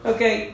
Okay